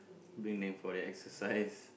bring them for their exercise